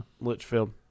Litchfield